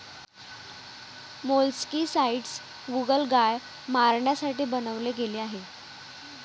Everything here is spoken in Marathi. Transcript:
मोलस्कीसाइडस गोगलगाय मारण्यासाठी बनवले गेले आहे